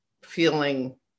feeling